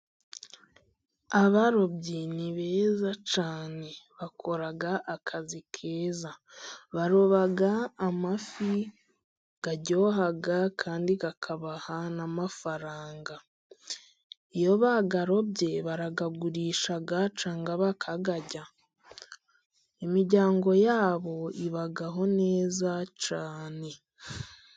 Abarobyi ni beza cyane. Bakora akazi keza. Baroba amafi aryoha kandi akabaha n'amafaranga. Iyo bayarobye baragagurisha cyangwa bakarya. Imiryango yabo ibaho neza cyane.